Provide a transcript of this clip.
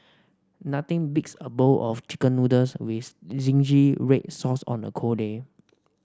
nothing beats a bowl of chicken noodles with zingy red sauce on a cold day